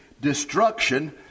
destruction